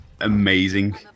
amazing